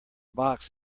box